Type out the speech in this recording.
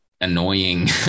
annoying